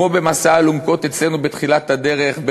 כמו במסע אלונקות אצלנו בתחילת הדרך,